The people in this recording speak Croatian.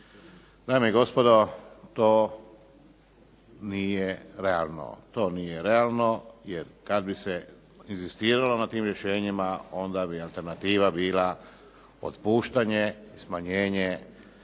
Dame i gospodo, to nije realno. To nije realno jer kad bi se inzistiralo na tim rješenjima onda bi alternativa bila otpuštanje i smanjenje